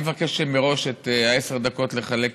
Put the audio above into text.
אני מבקש מראש את עשר הדקות לחלק